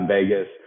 Vegas